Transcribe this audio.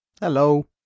Hello